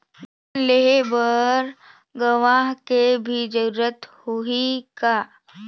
Loan लेहे बर गवाह के भी जरूरत होही का?